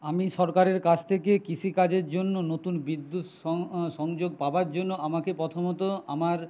আমি সরকারের কাছ থেকে কৃষিকাজের জন্য নতুন বিদ্যুৎ সংযোগ পাওয়ার জন্য আমাকে প্রথমত আমার